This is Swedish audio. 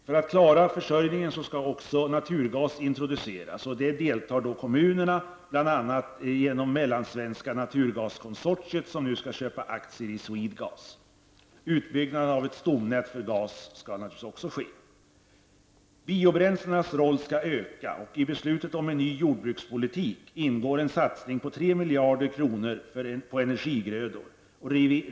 För att klara försörjningen skall också naturgas introduceras. I detta projekt deltar kommunerna, bl.a. genom Mellansvenska naturgaskonsortiet, som nu skall köpa aktier i Swedegas. Utbyggnaden av ett stomnät för gas skall naturligtvis också ske. Biobränslena skall spela en viktigare roll, och i beslutet om en ny jordbrukspolitik ingår en satsning på 3 miljarder kronor på energigrödor.